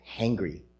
hangry